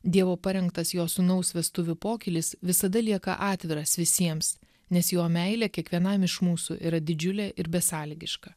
dievo parengtas jo sūnaus vestuvių pokylis visada lieka atviras visiems nes jo meilė kiekvienam iš mūsų yra didžiulė ir besąlygiška